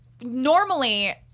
normally